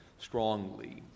strongly